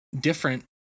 different